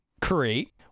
create